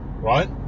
right